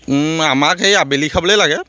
আমাক সেই আবেলি খাবলৈ লাগে